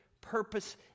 purpose